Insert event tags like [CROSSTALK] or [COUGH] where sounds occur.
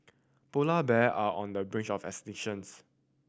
polar bear are on the [UNINTELLIGIBLE] of [UNINTELLIGIBLE]